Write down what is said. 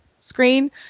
screen